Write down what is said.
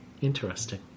Interesting